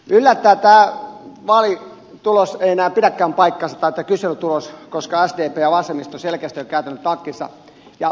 yllättäen tämä kyselyn tulos ei enää pidäkään paikkaansa koska sdp ja vasemmisto selkeästi ovat kääntäneet takkinsa